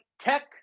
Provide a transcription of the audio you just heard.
tech